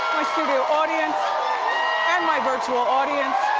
studio audience and my virtual audience.